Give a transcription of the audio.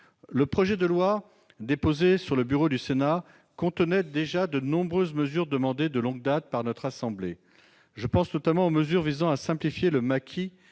Le projet de loi déposé sur le bureau du Sénat contenait déjà de nombreuses mesures demandées de longue date par notre assemblée. Je pense notamment à celles qui visent à simplifier le maquis